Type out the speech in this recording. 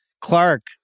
Clark